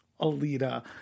Alita